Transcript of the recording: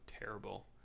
terrible